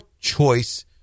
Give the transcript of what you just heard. choice